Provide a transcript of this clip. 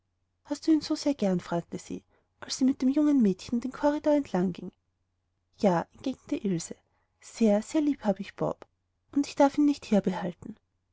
hast du ihn so sehr gern fragte sie als sie mit dem jungen mädchen den korridor entlangging ja entgegnete ilse sehr sehr lieb habe ich bob und ich darf ihn nicht